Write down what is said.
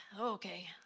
okay